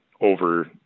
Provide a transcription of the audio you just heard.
over